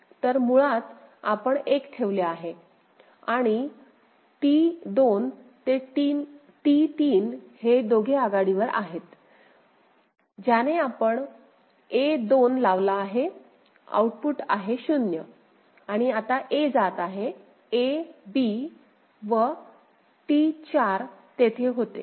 तर मुळात आपण 1 ठेवले आहे आणि T2 ते T3 हे दोघे आघाडीवर आहेत ज्याने आपण a2 लावला आहे आउटपुट आहे 0 आणि आता a जात आहे a b व T4 तिथे होते